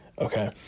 Okay